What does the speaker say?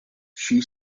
she